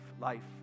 life